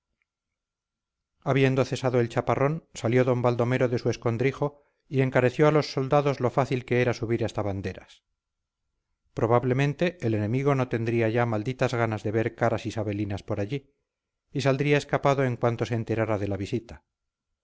habiendo cesado el chaparrón salió don baldomero de su escondrijo y encareció a los soldados lo fácil que era subir hasta banderas probablemente el enemigo no tendría ya malditas ganas de ver caras isabelinas por allí y saldría escapado en cuanto se enterara de la visita